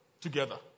together